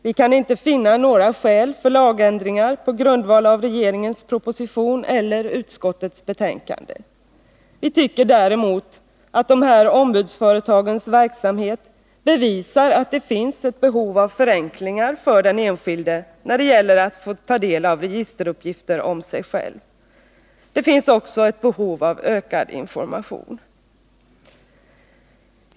Vi kan inte finna några skäl för lagändringar på grundval av regeringens proposition eller utskottets betänkande. Vi tycker däremot att dessa ombudsföretags verksamhet bevisar att det finns ett behov av förenklingar för den enskilde när det gäller att få ta del av registeruppgifter om sig själv. Det finns också ett behov av ökad information.